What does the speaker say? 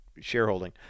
shareholding